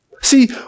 See